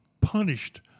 punished